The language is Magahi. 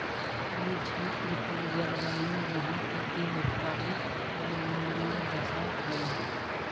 कोई क्षेत्र के जलवायु वहां के दीर्घकालिक वायुमंडलीय दशा हई